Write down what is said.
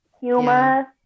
humor